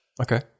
Okay